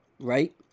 right